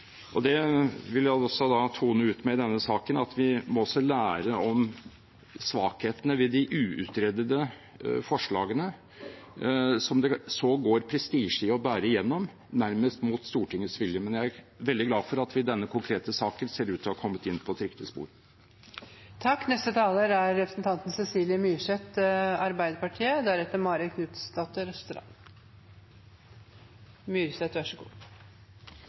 Det vil jeg også tone ut med i denne saken, at vi må lære om svakhetene ved de uutredede forslagene, som det så går prestisje i å bære gjennom, nærmest mot Stortingets vilje. Men jeg er veldig glad for at vi i denne konkrete saken ser ut til å ha kommet inn på et riktig spor. Det er